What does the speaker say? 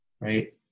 Right